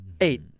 Eight